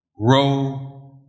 grow